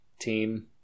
team